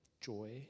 joy